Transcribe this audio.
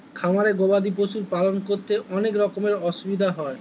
খামারে গবাদি পশুর পালন করতে অনেক রকমের অসুবিধা হয়